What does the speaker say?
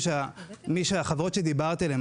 החברות שדיברתי עליהן,